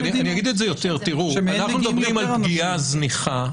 מעבר לפגיעה הזניחה,